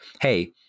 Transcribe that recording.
hey